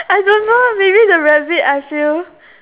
I don't know maybe the rabbit I assume